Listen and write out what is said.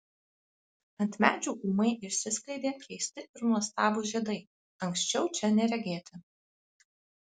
ant medžių ūmai išsiskleidė keisti ir nuostabūs žiedai anksčiau čia neregėti